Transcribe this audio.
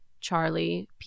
Charlie